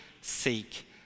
seek